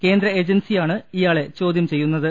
കേന്ദ്ര ഏജൻസിയാണ് ഇയാളെ ചോദ്യം ചെയ്യുന്ന ത്